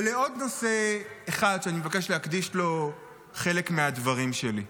יש עוד נושא אחד שאני מבקש להקדיש לו חלק מהדברים שלי.